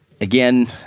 Again